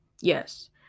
Yes